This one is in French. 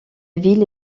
ville